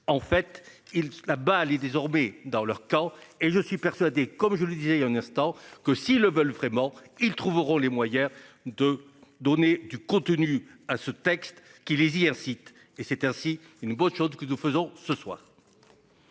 en fait il. La balle est désormais dans leur camp et je suis persuadé, comme je le disais il y a un instant que s'ils le veulent vraiment, ils trouveront les moyens de donner du contenu à ce texte qui les y incite et c'est ainsi une bonne chose que nous faisons ce soir.